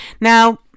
now